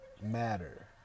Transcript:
matter